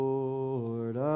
Lord